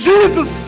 Jesus